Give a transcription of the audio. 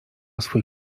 swój